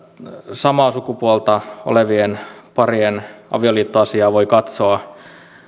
samaa sukupuolta olevien parien avioliittoasiaa voi katsoa